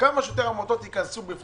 שכמה שיותר עמותות ייכנסו.